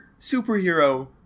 superhero